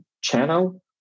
channel